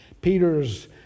Peter's